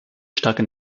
starke